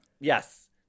Yes